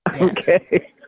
Okay